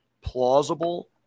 plausible